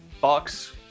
Bucks